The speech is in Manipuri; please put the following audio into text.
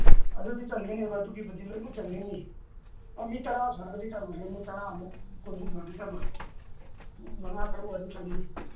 ꯑꯗꯨꯗꯤ ꯆꯟꯒꯅꯤꯕ ꯑꯗꯨꯒꯤꯕꯨꯗꯤ ꯂꯣꯏꯃꯛ ꯆꯟꯒꯅꯤ ꯃꯤ ꯇꯔꯥ ꯁꯨꯔꯛꯑꯗꯤ ꯆꯜꯂꯣꯏꯍꯦ ꯃꯤ ꯇꯔꯥꯃꯨꯛ ꯀꯨꯟꯃꯨꯛ ꯁꯨꯔꯗꯤ ꯆꯜꯂꯣꯏ ꯃꯉꯥ ꯇꯔꯨꯛ ꯑꯣꯏꯗꯤ ꯆꯟꯅꯤ